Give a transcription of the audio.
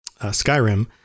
Skyrim